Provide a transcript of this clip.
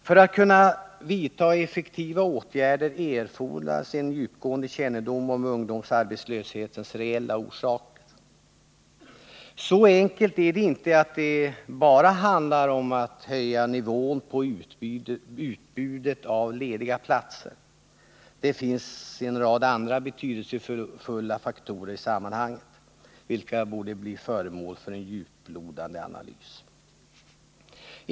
För att man skall kunna vidta effektiva åtgärder erfordras en djupgående kännedom om ungdomsarbetslöshetens reella orsaker. Så enkelt är det inte att det bara handlar om att höja nivån på utbudet av lediga platser. Det finns en rad andra betydelsefulla faktorer i sammanhanget, vilka borde bli föremål för en djuplodande analys.